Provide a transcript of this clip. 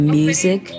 music